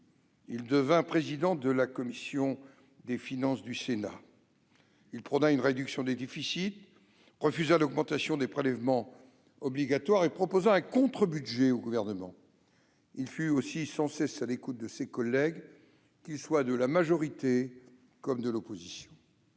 il devint président de la commission des finances du Sénat. Il prôna une réduction des déficits, refusa l'augmentation des prélèvements obligatoires et proposa un contre-budget au Gouvernement. Il fut sans cesse à l'écoute de ses collègues de la majorité comme de l'opposition.